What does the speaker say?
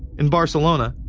in barcelona,